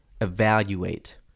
evaluate